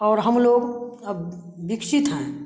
और हम लोग अब विकसित हैं